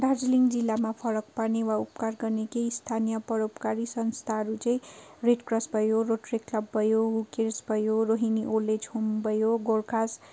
दार्जिलिङ जिल्लामा फरक पार्ने वा उपकार गर्ने केही स्थानीय परोपकारी संस्थाहरू चाहिँ रेड क्रस भयो रोटरी क्लब भयो हू केयर्स भयो रोहिणी ओल्ड एज होम भयो गोर्खास्